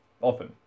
often